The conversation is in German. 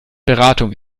beratung